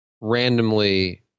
randomly